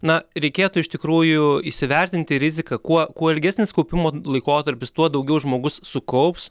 na reikėtų iš tikrųjų įsivertinti riziką kuo kuo ilgesnis kaupimo laikotarpis tuo daugiau žmogus sukaups